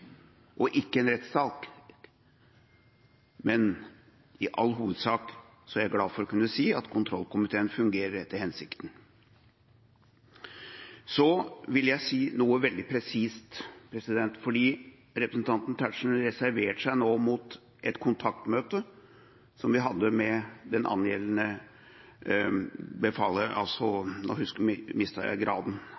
og ikke en rettssak, men i all hovedsak er jeg glad for å kunne si at kontrollkomiteen fungerer etter hensikten. Så vil jeg si noe veldig presist: Representanten Tetzschner reserverte seg nå mot et kontaktmøte som vi hadde med det angjeldende